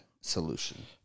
solution